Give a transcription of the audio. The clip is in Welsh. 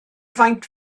faint